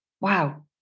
wow